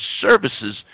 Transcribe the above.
services